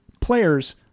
players